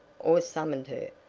or summoned her,